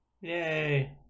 yay